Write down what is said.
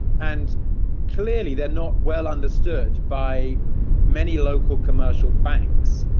and clearly they're not well understood by many local commercial banks.